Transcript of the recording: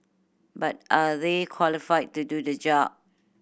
but are they qualified to do the job